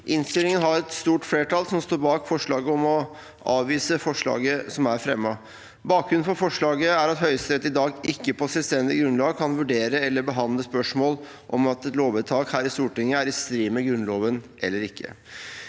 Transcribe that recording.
Innstillingen har et stort flertall som står bak forslaget om å avvise forslaget som er fremmet. Bakgrunnen for forslaget er at Høyesterett i dag ikke på selvstendig grunnlag kan vurdere eller behandle spørsmål om hvorvidt et lovvedtak her i Stortinget er i strid med Grunnloven eller ikke.